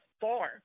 far